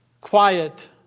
quiet